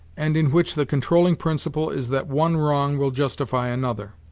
and in which the controlling principle is that one wrong will justify another.